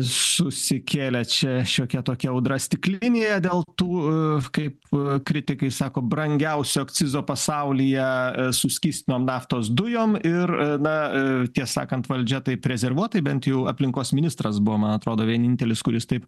susikėlė čia šiokia tokia audra stiklinėje dėl tų kaip kritikai sako brangiausio akcizo pasaulyje suskitinom naftos dujom ir na tiesą sakant valdžia taip rezervuotai bent jau aplinkos ministras buvo man atrodo vienintelis kuris taip